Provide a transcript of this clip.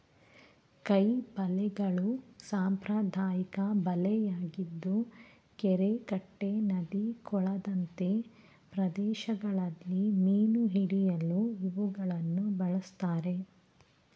ಕೈ ಬಲೆಗಳು ಸಾಂಪ್ರದಾಯಿಕ ಬಲೆಯಾಗಿದ್ದು ಕೆರೆ ಕಟ್ಟೆ ನದಿ ಕೊಳದಂತೆ ಪ್ರದೇಶಗಳಲ್ಲಿ ಮೀನು ಹಿಡಿಯಲು ಇವುಗಳನ್ನು ಬಳ್ಸತ್ತರೆ